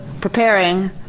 preparing